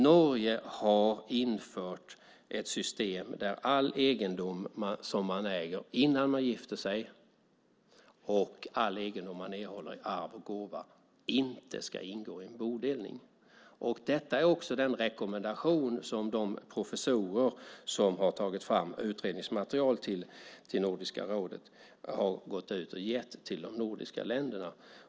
Norge har infört ett system där all egendom som man äger innan man gifter sig och all egendom som man erhåller i arv och gåva inte ska ingå i en bodelning. Detta är också den rekommendation som de professorer som har tagit fram utredningsmaterial till Nordiska rådet har gett till de nordiska länderna.